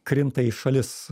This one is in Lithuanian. krinta į šalis